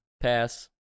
Pass